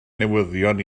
newyddion